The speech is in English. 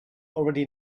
already